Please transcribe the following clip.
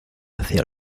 hacia